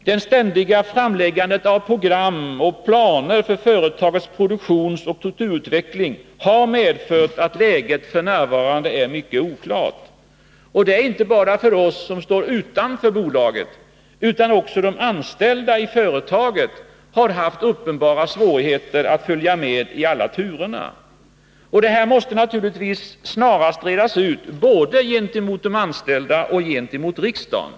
Det ständiga framläggandet av program och planer för företagets produktionsoch strukturutveckling har medfört att läget f. n. är mycket oklart — inte bara för oss som står utanför bolaget, utan också de anställda i företaget har haft uppenbara svårigheter att följa med i alla turerna. Det här måste naturligtvis snarast redas ut både gentemot de anställda och gentemot riksdagen.